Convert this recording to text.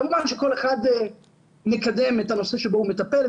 כמובן שכל אחד יקדם את הנושא שבו הוא מטפל,